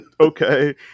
Okay